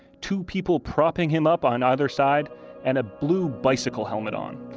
two people propping him up on either side and a blue bicycle helmet on.